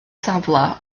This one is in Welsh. safle